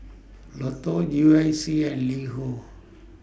Lotto U I C and LiHo